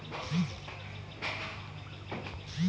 Invest করা টাকা maturity হবার আগেই পেতে পারি কি?